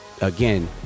again